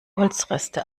holzreste